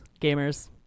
gamers